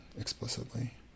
explicitly